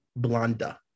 Blonda